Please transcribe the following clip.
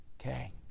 okay